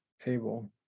table